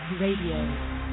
Radio